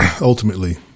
ultimately